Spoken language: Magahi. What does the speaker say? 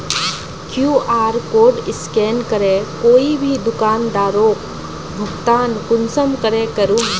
कियु.आर कोड स्कैन करे कोई भी दुकानदारोक भुगतान कुंसम करे करूम?